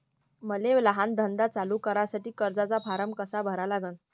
मले लहान धंदा चालू करासाठी कर्जाचा फारम कसा भरा लागन?